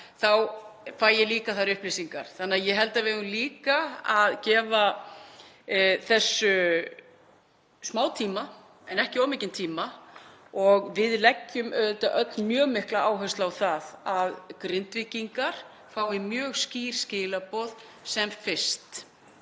fæ ég líka þær upplýsingar. Ég held að við eigum að gefa þessu smátíma en ekki of mikinn tíma og við leggjum auðvitað öll mjög mikla áherslu á það að Grindvíkingar fái mjög skýr skilaboð sem fyrst.